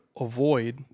avoid